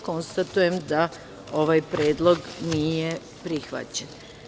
Konstatujem da ovaj predlog nije prihvaćen.